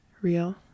real